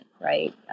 Right